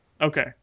Okay